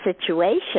situation